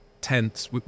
tents